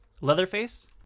Leatherface